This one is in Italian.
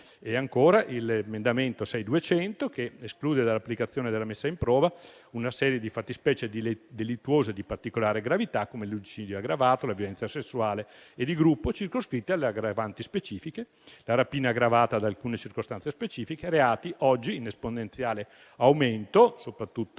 minorile). L'emendamento 6.200 esclude dall'applicazione della messa in prova una serie di fattispecie delittuose di particolare gravità, come l'omicidio aggravato, la violenza sessuale e di gruppo, circoscritte alle aggravanti specifiche, la rapina aggravata da alcune circostanze specifiche; reati oggi in esponenziale aumento, soprattutto in